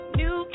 new